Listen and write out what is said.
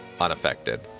unaffected